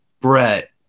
Brett